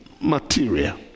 material